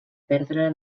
perdre